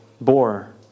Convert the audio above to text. bore